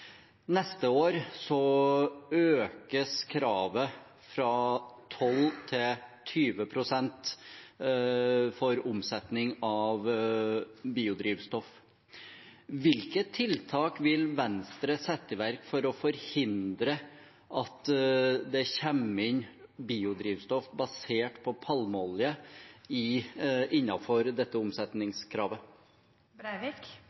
Neste år økes kravet fra 12 pst. til 20 pst. for omsetning av biodrivstoff. Hvilke tiltak vil Venstre sette i verk for å forhindre at det kommer inn biodrivstoff basert på palmeolje innenfor dette